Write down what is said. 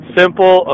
simple